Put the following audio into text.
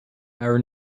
our